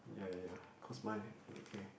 yeah yeah yeah cause mine red okay